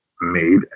made